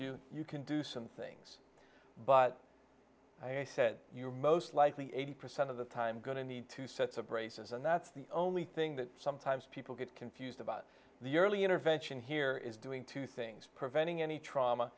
you you can do some things but i said you're most likely eighty percent of the time going to need two sets of braces and that's the only thing that sometimes people get confused about the early intervention here is doing two things preventing any trauma